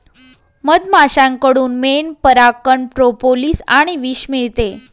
मधमाश्यांकडून मेण, परागकण, प्रोपोलिस आणि विष मिळते